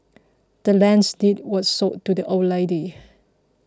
the land's deed was sold to the old lady